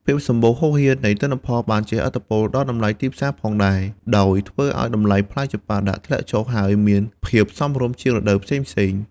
ភាពសម្បូរហូរហៀរនៃទិន្នផលបានជះឥទ្ធិពលដល់តម្លៃទីផ្សារផងដែរ ដោយធ្វើឱ្យតម្លៃផ្លែចម្ប៉ាដាក់ធ្លាក់ចុះហើយមានភាពសមរម្យជាងរដូវផ្សេងៗ។